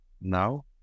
now